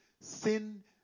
Sin